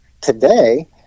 today